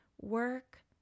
work